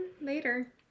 later